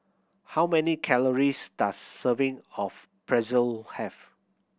how many calories does serving of Pretzel have